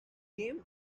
game